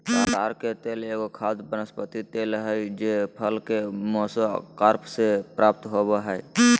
ताड़ के तेल एगो खाद्य वनस्पति तेल हइ जे फल के मेसोकार्प से प्राप्त हो बैय हइ